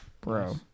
Bro